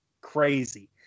crazy